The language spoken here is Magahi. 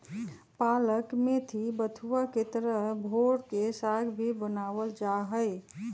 पालक मेथी बथुआ के तरह भोर के साग भी बनावल जाहई